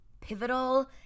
pivotal